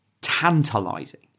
tantalizing